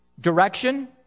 direction